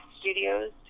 Studios